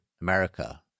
America